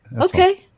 Okay